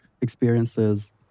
experiences